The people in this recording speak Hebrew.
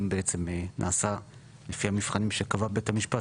אם בעצם נעשה לפי המבחנים שקבע בית המשפט,